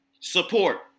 support